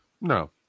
No